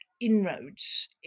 inroads